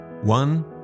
One